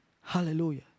Hallelujah